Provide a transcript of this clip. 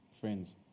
friends